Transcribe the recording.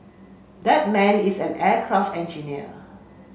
that man is an aircraft engineer